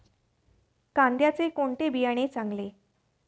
कांद्याचे कोणते बियाणे चांगले?